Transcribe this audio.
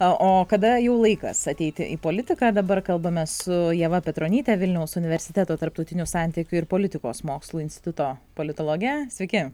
o kada jau laikas ateiti į politiką dabar kalbame su ieva petronytė vilniaus universiteto tarptautinių santykių ir politikos mokslų instituto politologe sveiki